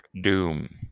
doom